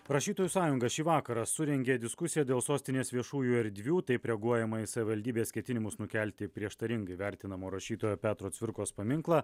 rašytojų sąjunga šį vakarą surengė diskusiją dėl sostinės viešųjų erdvių taip reaguojama į savivaldybės ketinimus nukelti prieštaringai vertinamo rašytojo petro cvirkos paminklą